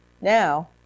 Now